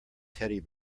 teddy